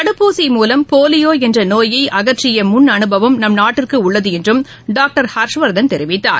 தடுப்பூசி மூலம் போலியோபோன்றநோயைஅகற்றியமுன் அனுபவம் நம் நாட்டிற்குஉள்ளதுஎன்றும் டாக்டர் ஹர்ஷ்வர்தன் தெரிவித்தார்